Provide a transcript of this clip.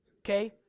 Okay